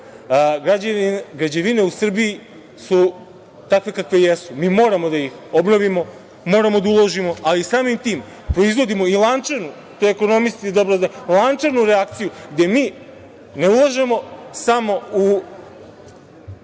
Građevina u Srbiji su takve kakve jesu. Mi moramo da ih obnovimo, moramo da uložimo ali samim tim proizvodimo i lančanu, a to ekonomisti dobro znaju, lančanu reakciju gde mi ne ulažemo samo u